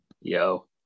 Yo